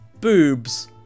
Boobs